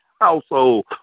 household